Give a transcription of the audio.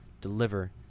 deliver